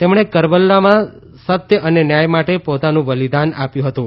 તેમણે કરબલામાં સત્ય અને ન્યાય માટે પોતાનું બલિદાન આપ્યું હતું